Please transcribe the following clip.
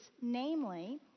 namely